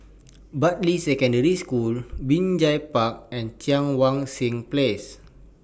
Bartley Secondary School Binjai Park and Cheang Wan Seng Place